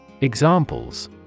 EXAMPLES